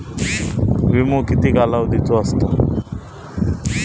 विमो किती कालावधीचो असता?